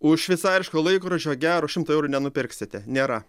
už šveicariško laikrodžio gero šimto eurų nenupirksite nėra